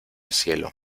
cielo